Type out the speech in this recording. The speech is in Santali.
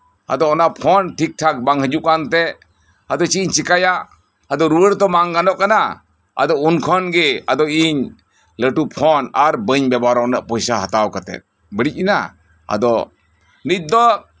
ᱟᱫᱚ ᱚᱱᱟ ᱯᱷᱳᱱ ᱴᱷᱤᱠ ᱴᱷᱟᱠ ᱵᱟᱝ ᱦᱤᱡᱩᱜ ᱠᱟᱱᱛᱮ ᱟᱫᱚ ᱪᱮᱫ ᱤᱧ ᱪᱤᱠᱟᱹᱭᱟ ᱟᱫᱚ ᱨᱩᱣᱟᱹᱲ ᱛᱚ ᱵᱟᱝ ᱜᱟᱱᱚᱜ ᱠᱟᱱᱟ ᱟᱫᱚ ᱩᱱᱠᱷᱚᱱᱜᱮ ᱟᱫᱚ ᱤᱧ ᱞᱟᱹᱴᱩ ᱯᱷᱳᱱ ᱟᱨ ᱩᱱᱟᱹᱜ ᱵᱟᱹᱧ ᱵᱮᱵᱚᱦᱟᱨᱟ ᱯᱚᱭᱥᱟ ᱦᱟᱛᱟᱣ ᱠᱟᱛᱮᱫ ᱵᱟᱹᱲᱤᱡ ᱮᱱᱟ ᱟᱫᱚ ᱱᱤᱛ ᱫᱚ